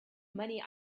money